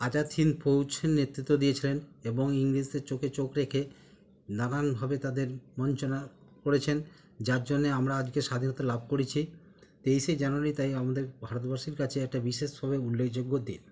আজাদ হিন্দ ফৌজ নেতৃত্ব দিয়েছিলেন এবং ইংরেজদের চোখে চোখ রেখে নানান ভাবে তাদের বঞ্চনা করেছেন যার জন্যে আমরা আজকে স্বাধীনতা লাভ করেছি তেইশে জানুয়ারি তাই আমাদের ভারতবাসীর কাছে একটা বিশেষভাবে উল্লেখযোগ্য দিন